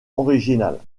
originales